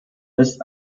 ist